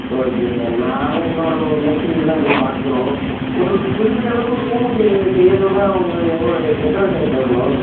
okay sir நானும் இன்னோரு மேஸ்திரியுந்தான் போய் பார்க்கணும் ஒரு குறிப்பிட்ட அளவுக்கு ரூமுக்கு இது செய்யணும்னா அவங்க எவ்வளோ எத்தனை சார் தேவைப்படும்